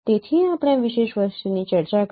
તેથી આપણે આ વિશેષ વસ્તુની ચર્ચા કરી